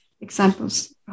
examples